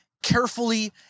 carefully